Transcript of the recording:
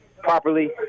properly